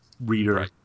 reader